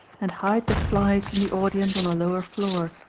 and hide the flies from the audience on the lower floor,